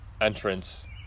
entrance